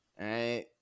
right